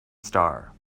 star